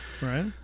Right